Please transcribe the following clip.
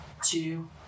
two